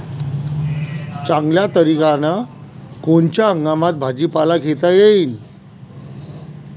चांगल्या तरीक्यानं कोनच्या हंगामात भाजीपाला घेता येईन?